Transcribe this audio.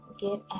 Get